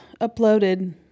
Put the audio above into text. uploaded